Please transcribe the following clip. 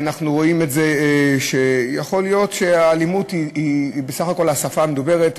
אנחנו רואים את זה שיכול להיות שהאלימות היא בסך הכול השפה המדוברת.